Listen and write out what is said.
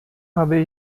habe